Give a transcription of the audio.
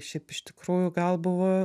šiaip iš tikrųjų gal buvo